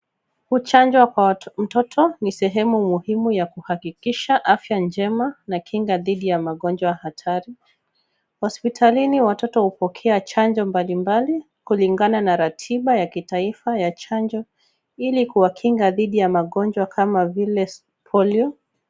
Kuchanjwa kwa mtoto ni sehemu muhimu ya kuhakikisha afya njema na kinga dhidi ya magonjwa hatari. Hospitalini watoto hupokea chanjo mbalimbali kulingana na ratiba ya kitaifa ya chanjo ili kuwakinga dhidi ya magonjwa kama vile Polio.